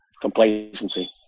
complacency